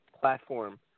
platform